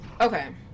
Okay